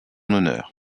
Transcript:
honneur